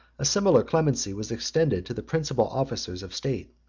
a similar clemency was extended to the principal officers of state,